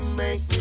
make